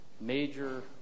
major